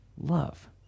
love